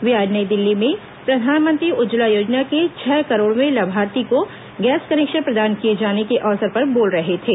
वे आज नई दिल्ली में प्रधानमंत्री उज्जवला योजना के छह करोड़वें लाभार्थी को गैस कनेक्शन प्रदान किए जाने के अवसर पर बोल रहे थे